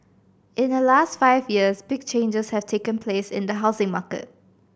in the last five years big changes have taken place in the housing market